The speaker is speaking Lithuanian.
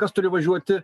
kas turi važiuoti